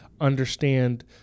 understand